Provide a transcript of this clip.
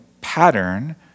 pattern